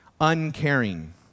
uncaring